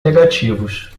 negativos